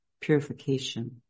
purification